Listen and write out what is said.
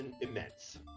immense